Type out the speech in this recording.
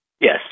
Yes